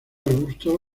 arbusto